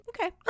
Okay